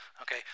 okay